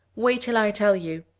wait till i tell you.